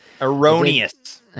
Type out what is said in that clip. erroneous